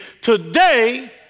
today